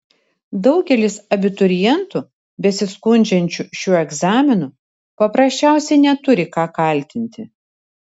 daugelis abiturientų besiskundžiančių šiuo egzaminu paprasčiausiai neturi ką kaltinti